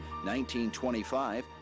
1925